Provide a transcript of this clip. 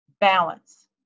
balance